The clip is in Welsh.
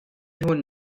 hwn